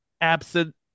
absent